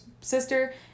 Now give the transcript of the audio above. sister